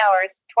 hours